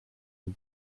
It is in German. dem